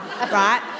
Right